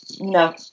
No